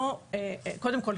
קודם כל,